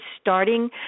starting